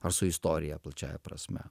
ar su istorija plačiąja prasme